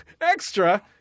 extra